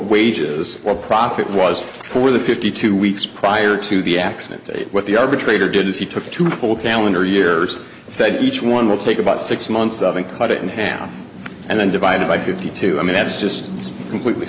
wages or profit was for the fifty two weeks prior to the accident what the arbitrator did is he took two full calendar year said each one will take about six months of and cut it in half and then divide by fifty two i mean that's just completely